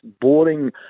boring